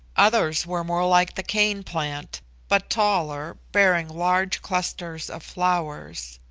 others were more like the cane-plant, but taller, bearing large clusters of flowers.